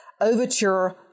Overture